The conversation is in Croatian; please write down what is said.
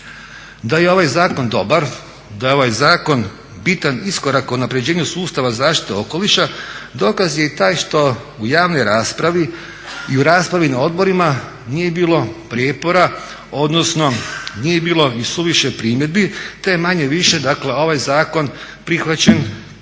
Da je ovaj zakon dobar, da je ovaj zakon bitan iskorak u unapređenju sustava zaštite okoliša dokaz je i taj što u javnoj raspravi i u raspravi na odborima nije bilo prijepora odnosno nije bilo i suviše primjedbi te je manje-više dakle ovaj zakon prihvaćen,